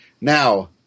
Now